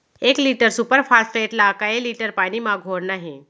एक litre super phosphate ला कए लीटर पानी मा घोरना हे?